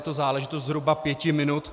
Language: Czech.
Je to záležitost zhruba pěti minut.